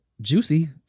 Juicy